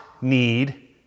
need